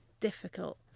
difficult